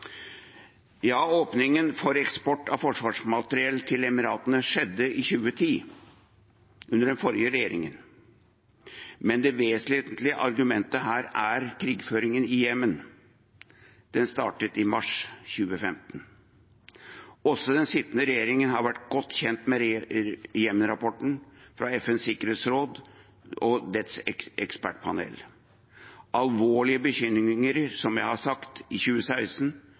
Ja – åpningen for eksport av forsvarsmateriell til Emiratene skjedde i 2010, under den forrige regjeringen. Men det vesentlige argumentet her er krigføringen i Jemen. Den startet i mars 2015. Også den sittende regjeringen har vært godt kjent med Jemen-rapporten fra FNs sikkerhetsråd og dets ekspertpanel – alvorlige bekymringer, som jeg har sagt, i 2016,